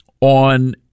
on